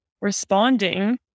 responding